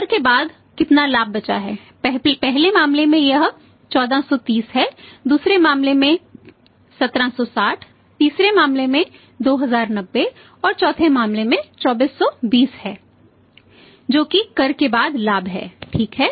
तो कर के बाद कितना लाभ बचा है पहले मामले में यह 1430 है दूसरे मामले में 1760 तीसरे मामले में 2090 और चौथे मामले में 2420 है जो कि कर के बाद लाभ है ठीक है